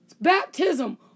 baptism